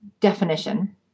definition